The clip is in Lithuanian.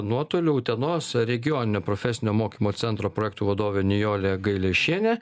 nuotoliu utenos regioninio profesinio mokymo centro projektų vadovė nijolė gailešienė